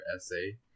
essay